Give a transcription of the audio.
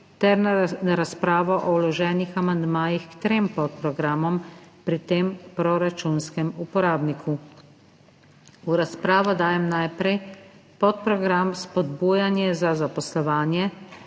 ter na razpravo o vloženih amandmajih k trem podprogramom pri tem proračunskem uporabniku. V razpravo dajem najprej podprogram Spodbude za zaposlovanje